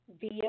via